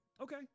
Okay